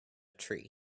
tree